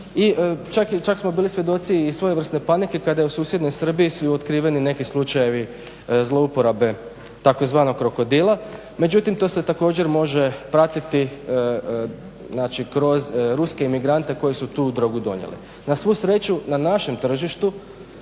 I čak smo bili svjedoci i svojevrsne panike kada u susjednoj Srbiji su otkriveni neki slučajevi zlouporabe tzv. "krokodila" međutim to se također može pratiti kroz ruske imigrante koji su tu drogu donijeli. Na svu sreću na našem tržištu